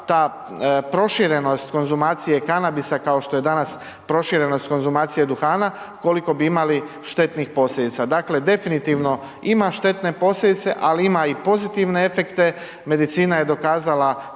ta proširenost konzumacije kanabisa kao što je danas proširenost konzumacije duhana koliko bi imali štetnih posljedica. Dakle, definitivno ima štetne posljedice, ali ima i pozitivne efekte, medicina je dokazala